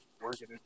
working